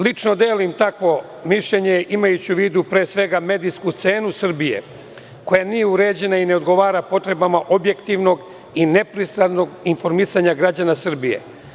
Lično, delim takvo mišljenje imajući u vidu pre svega, medijsku cenu Srbije, koja nije uređena i ne odgovara potrebama objektivnog i nepristrasnog informisanja građana Srbije.